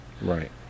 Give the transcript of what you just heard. Right